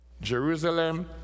Jerusalem